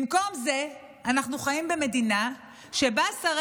במקום זה אנחנו חיים במדינה שבה שרי